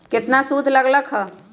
केतना सूद लग लक ह?